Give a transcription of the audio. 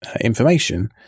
information